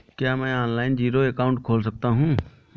क्या मैं online zero account खोल सकता हूँ?